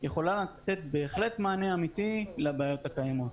יכולה בהחלט לתת מענה אמיתי לבעיות הקיימות.